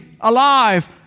alive